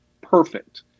perfect